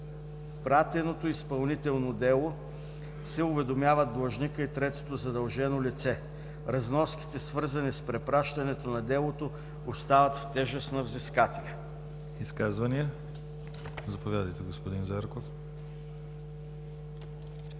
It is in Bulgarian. изпратеното изпълнително дело се уведомяват длъжникът и третото задължено лице. Разноските, свързани с препращането на делото, остават в тежест на взискателя.”